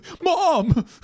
mom